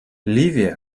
ливия